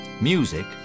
Music